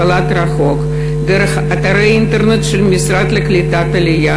בשלט רחוק: דרך אתרי אינטרנט של המשרד לקליטת העלייה